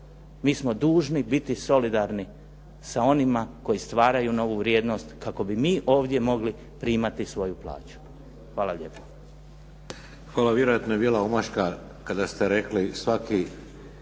mi smo dužni biti solidarni sa onima koji stvaraju novu vrijednost kako bi mi ovdje mogli primati svoju plaću. Hvala lijepo.